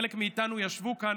חלק מאיתנו ישבו כאן,